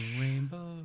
rainbow